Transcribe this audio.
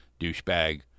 douchebag